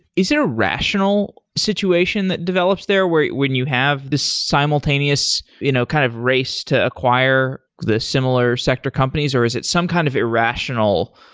is it a rational situation that develops there, where when you have this simultaneous you know kind of race to acquire the similar sector companies or is it some kind of irrational,